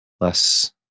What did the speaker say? less